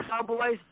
cowboys